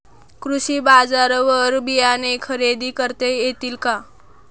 कृषी बाजारवर बियाणे खरेदी करता येतील का?